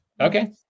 Okay